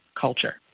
culture